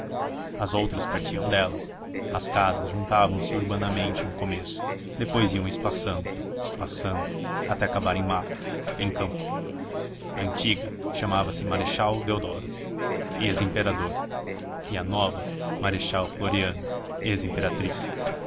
as outras partiam delas as casas juntavam se urbanamente no começo depois iam espaçando espaçando até acabar em mato em campo a antiga chamava-se marechal deodoro ex imperador e a nova marechal floriano